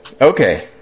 okay